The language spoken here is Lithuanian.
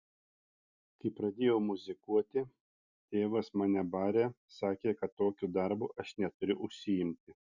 kai pradėjau muzikuoti tėvas mane barė sakė kad tokiu darbu aš neturiu užsiimti